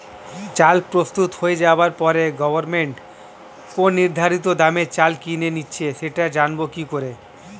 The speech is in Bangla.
চাল প্রস্তুত হয়ে যাবার পরে গভমেন্ট কোন নির্ধারিত দামে চাল কিনে নিচ্ছে সেটা জানবো কি করে?